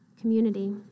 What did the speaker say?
community